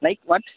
like what